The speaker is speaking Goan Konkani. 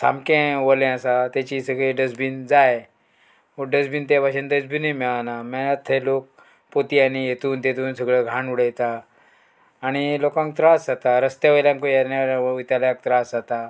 सामकें वलें आसा तेची सगळीं डस्टबीन जाय डस्टबीन तें भाशेन डस्टबिनूय मेळना मेळत थंय लोक पोतयांनी हेतून तेतून सगळे घाण उडयता आणी लोकांक त्रास जाता रस्त्या वयल्यांकूय येना वयताल्याक त्रास जाता